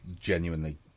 genuinely